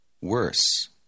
Worse